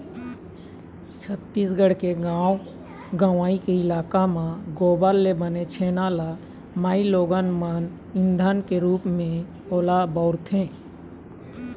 छत्तीसगढ़ के गाँव गंवई के इलाका म गोबर ले बने छेना ल माइलोगन मन ईधन के रुप म ओला बउरथे